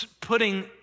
putting